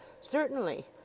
certainly